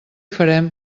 farem